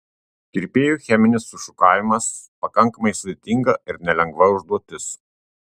kirpėjui cheminis sušukavimas pakankamai sudėtinga ir nelengva užduotis